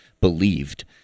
believed